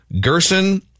Gerson